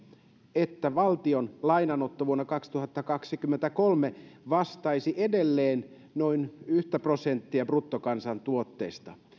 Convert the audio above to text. että valtion lainanotto vuonna kaksituhattakaksikymmentäkolme vastaisi edelleen noin yhtä prosenttia bruttokansantuotteesta